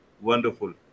Wonderful